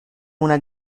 una